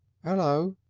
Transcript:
hello!